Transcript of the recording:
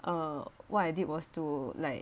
err what I did was to like